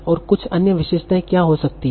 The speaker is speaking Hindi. और कुछ अन्य विशेषताएं क्या हो सकती हैं